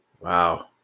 Wow